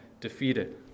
defeated